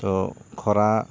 ᱛᱳ ᱠᱷᱚᱨᱟ